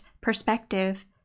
perspective